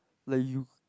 let you